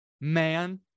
Man